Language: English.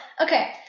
Okay